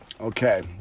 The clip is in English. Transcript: okay